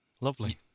lovely